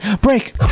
break